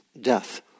death